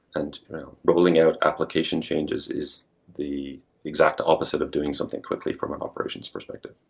and rubbing out application changes is the exact opposite of doing something quickly from an operations perspective.